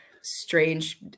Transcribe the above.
strange